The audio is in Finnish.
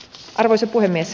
arvoisa puhemies